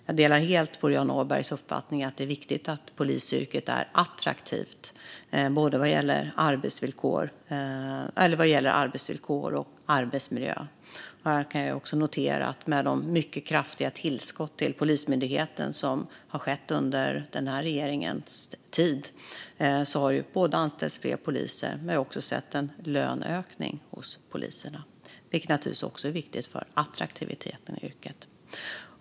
Jag delar helt Boriana Åbergs uppfattning att det är viktigt att polisyrket är attraktivt vad gäller arbetsvillkor och arbetsmiljö. Här kan jag notera att de mycket kraftiga tillskott till Polismyndigheten som har skett under den här regeringens tid har lett till att det har anställts fler poliser men också till löneökning för poliserna, vilket naturligtvis är viktigt för attraktiviteten i yrket.